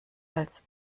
als